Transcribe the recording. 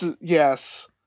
Yes